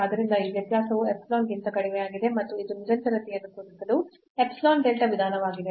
ಆದ್ದರಿಂದ ಈ ವ್ಯತ್ಯಾಸವು epsilon ಗಿಂತ ಕಡಿಮೆಯಾಗಿದೆ ಮತ್ತು ಇದು ನಿರಂತರತೆಯನ್ನು ತೋರಿಸಲು epsilon delta ವಿಧಾನವಾಗಿದೆ